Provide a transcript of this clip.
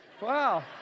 wow